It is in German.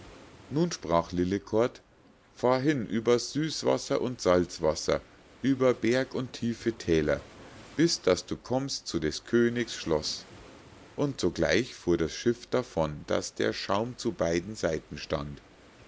nun sprach lillekort fahr hin über süßwasser und salzwasser über berg und tiefe thäler bis daß du kommst zu des königs schloß und sogleich fuhr das schiff davon daß der schaum zu beiden seiten stand